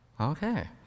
Okay